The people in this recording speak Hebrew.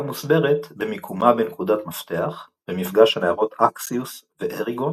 מוסברת במיקומה בנקודת מפתח – במפגש הנהרות אקסיוס ואריגון,